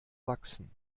wachsen